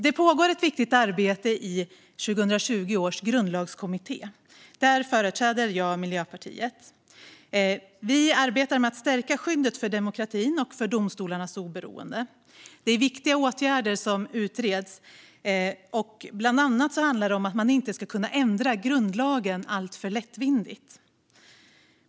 Det pågår ett viktigt arbete i 2020 års grundlagskommitté. Där företräder jag Miljöpartiet. Vi i kommittén arbetar för att stärka skyddet för demokratin och för domstolarnas oberoende. Det är viktiga åtgärder som utreds, bland annat att man inte ska kunna ändra grundlagen alltför lättvindigt.